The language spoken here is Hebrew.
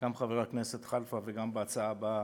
גם עם חבר הכנסת כלפה, וגם, בהצעה הבאה,